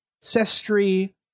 Sestri